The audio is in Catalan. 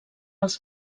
els